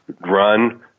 run